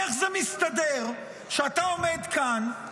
איך זה מסתדר שאתה עומד כאן,